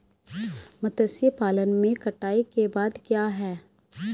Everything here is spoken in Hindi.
मत्स्य पालन में कटाई के बाद क्या है?